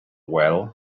well